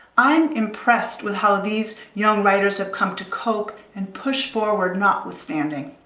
i'm impressed with how these young writers have come to cope and push forward notwithstanding.